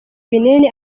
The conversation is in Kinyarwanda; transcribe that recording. ibinini